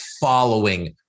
following